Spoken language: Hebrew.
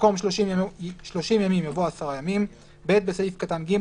במקום "שלושים ימים" יבוא "עשרה ימים"; (ב)בסעיף קטן (ג),